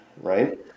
right